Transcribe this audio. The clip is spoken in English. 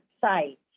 site